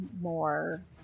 more